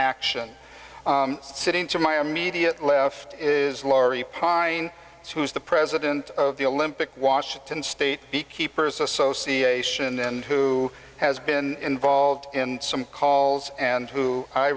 action sitting to my immediate left is laurie fine who is the president of the olympic washington state the keepers association and who has been solved in some calls and who i